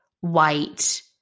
white